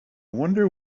wonder